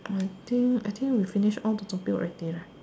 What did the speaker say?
I think I think we finish all the topic already right